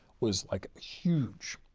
was, like, huge.